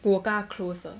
我跟她 close 的